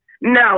No